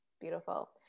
Beautiful